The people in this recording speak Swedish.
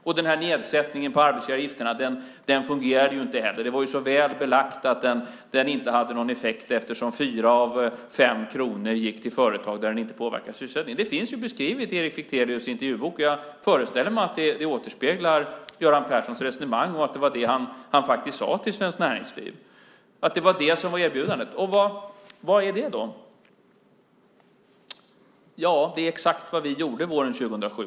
Och den här nedsättningen av arbetsgivaravgifterna fungerade inte heller. Det var väl belagt att den inte hade någon effekt, eftersom fyra av fem kronor gick till företag där det inte påverkade sysselsättningen. Det finns beskrivet i Erik Fichtelius intervjubok, och jag föreställer mig att det återspeglar Göran Perssons resonemang och att det var det han faktiskt sade till Svenskt Näringsliv, att det var det som var erbjudandet. Och vad är det då? Jo, det är exakt vad vi gjorde våren 2007.